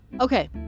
Okay